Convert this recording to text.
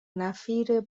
نفیر